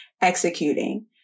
executing